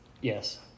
Yes